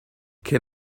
can